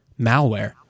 malware